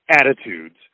attitudes